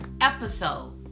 episode